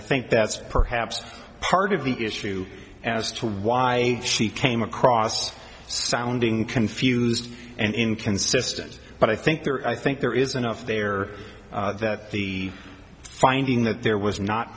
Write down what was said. i think that's perhaps part of the issue as to why she came across sounding confused and inconsistent but i think there are i think there is enough there that the finding that there was not